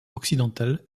occidentale